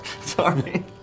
Sorry